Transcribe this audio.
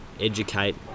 educate